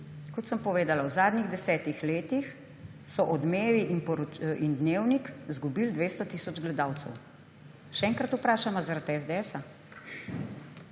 Kot sem povedala, v zadnjih desetih letih so Odmevi in Dnevnik izgubili 200 tisoč gledalcev. Še enkrat vprašam − ali